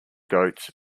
goats